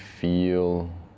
Feel